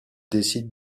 décide